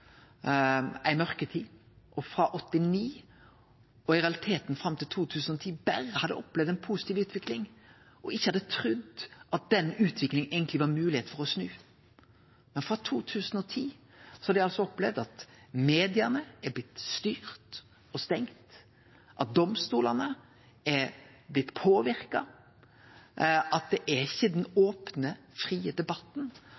ei mørketid. Han hadde frå 1989 og i realiteten fram til 2010 berre opplevd ei positiv utvikling og ikkje trudd at den utviklinga var mogleg å snu. Men frå 2010 har dei altså opplevd at media er blitt styrte og stengde, at domstolane er blitt påverka, at det ikkje er den